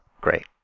Great